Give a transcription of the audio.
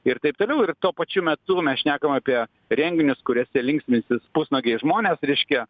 ir taip toliau ir tuo pačiu metu mes šnekam apie renginius kuriuose linksminsis pusnuogiai žmonės reiškia